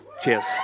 Cheers